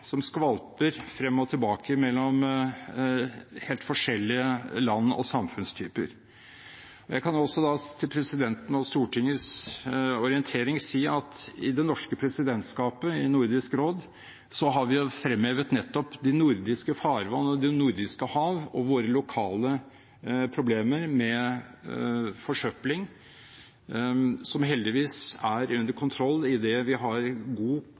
som skvalper frem og tilbake mellom helt forskjellige land og samfunnstyper. Jeg kan til presidentens og Stortingets orientering si at vi i det norske presidentskapet i Nordisk råd har fremhevet nettopp de nordiske farvann, de nordiske hav og våre lokale problemer med forsøpling. Det er heldigvis under kontroll idet vi har god